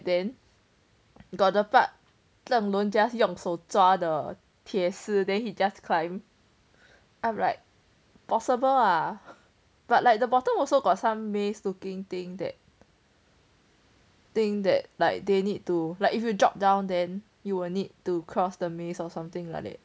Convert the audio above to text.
then got the part zheng lun just 用手抓 the 铁丝 then he just climb I'm like possible ah but like the bottom also got some maze looking thing that thing that like they need to like if you drop down then you will need to cross the maze or something like that